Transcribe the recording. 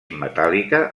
metàl·lica